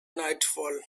nightfall